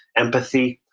empathy,